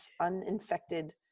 uninfected